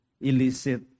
illicit